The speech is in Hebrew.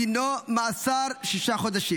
דינו, מאסר שישה חודשים